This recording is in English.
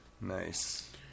Nice